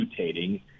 mutating